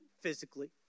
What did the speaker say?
physically